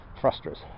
frustrates